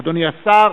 אדוני השר,